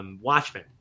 Watchmen